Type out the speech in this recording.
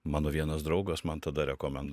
mano vienas draugas man tada rekomenda